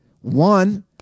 One